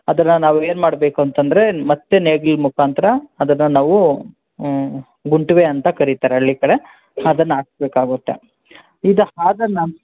ಅದರ ನಾವು ಏನು ಮಾಡಬೇಕು ಅಂತಂದರೆ ಮತ್ತೆ ನೇಗಿಲು ಮುಖಾಂತರ ಅದನ್ನು ನಾವು ಗುಂಟ್ವೇ ಅಂತ ಕರೀತಾರೆ ಹಳ್ಳಿ ಕಡೆ ಅದನ್ನು ಹಾಕಬೇಕಾಗುತ್ತೆ ಇದು ಆದ